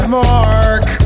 mark